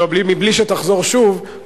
מבלי שתחזור שוב,